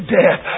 death